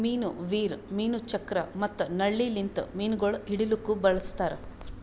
ಮೀನು ವೀರ್, ಮೀನು ಚಕ್ರ ಮತ್ತ ನಳ್ಳಿ ಲಿಂತ್ ಮೀನುಗೊಳ್ ಹಿಡಿಲುಕ್ ಬಳಸ್ತಾರ್